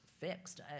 fixed